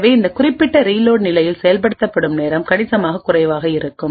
எனவே இந்த குறிப்பிட்ட ரீலோட் நிலையில் செயல்படுத்தும் நேரம் கணிசமாகக் குறைவாக இருக்கும்